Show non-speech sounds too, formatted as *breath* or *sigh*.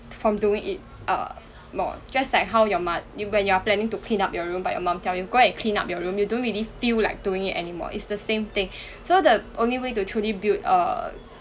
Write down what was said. from doing it err lol just like how your mo~ you when you are planning to clean up your room but mum tell you go and clean up your room you don't really feel like doing it anymore it's the same thing *breath* so the only way to truly build err